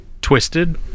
twisted